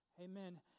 Amen